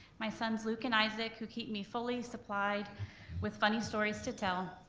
my sons, luke and isaac, who keep me fully supplied with funny stories to tell,